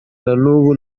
nanubu